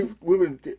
women